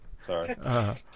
Sorry